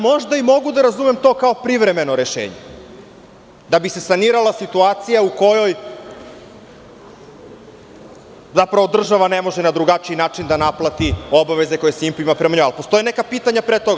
Možda i mogu da razumem to kao privremeno rešenje, da bi se sanirala situacija u kojoj zapravo država ne može na drugačiji način da naplati obaveze koje „Simpo“ ima, ali postoje neka pitanja pre toga.